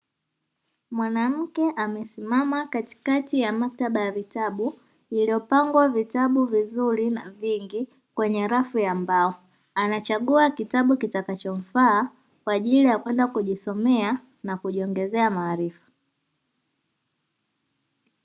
Mwanamke amesimama katikati ya maktaba ya vitabu iliyopangwa vitabu vizuri na vingi kwenye rafu ya mbao, anachagua kitabu kitakachomfaa kwa ajili ya kwenda kujisomea na kujiongezea maarifa.